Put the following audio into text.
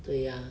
对呀